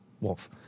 Wolf